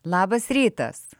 labas rytas